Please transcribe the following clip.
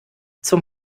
zum